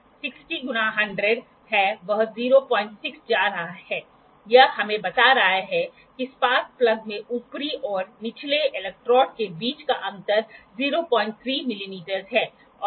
इसलिए इस क्लिनोमीटर में एक फ्रेम पर चढ़कर एक लेवल शामिल है ताकि फ्रेम को किसी भी हॉरिजॉन्टल सरफेस के संबंध में चाहा हुआ एंगल पर चालू किया जा सके